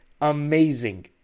amazing